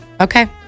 Okay